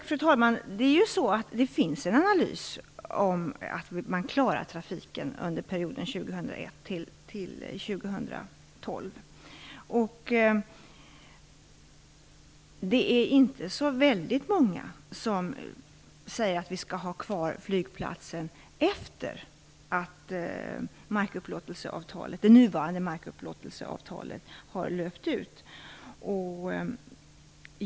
Fru talman! Det finns en analys som visar att man klarar av trafiken under perioden 2001-2012. Det är inte så många som säger att Bromma flygplats skall vara kvar efter det att det nuvarande markupplåtelseavtalet har löpt ut.